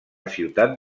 ciutat